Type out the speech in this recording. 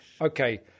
okay